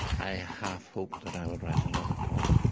i have hoped that i would write another poem.